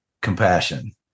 compassion